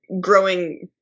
growing